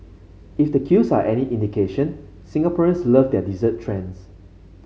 if the queues are any indication Singaporeans love their dessert trends